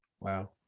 Wow